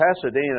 Pasadena